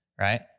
right